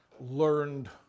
learned